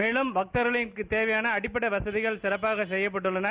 மேலம் பக்தர்களுக்கு தேவையான அடிப்படை வசதிகள் சிறப்பாக செய்யப்பட்டுள்ளன